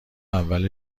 اول